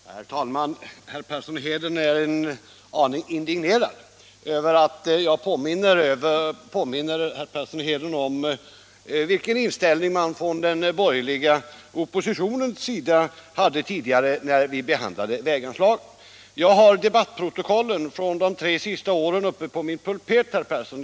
Herr talman! Herr Persson i Heden är en aning indignerad över att jag påminner honom om vilken inställning man inom den borgerliga oppositionen tidigare hade när vi behandlade väganslag. Jag har debattprotokollen från de tre senaste åren i min pulpet, herr Persson.